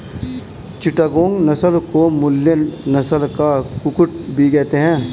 चिटागोंग नस्ल को मलय नस्ल का कुक्कुट भी कहते हैं